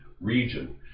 region